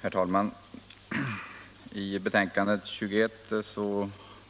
Herr talman! I sitt betänkande nr 21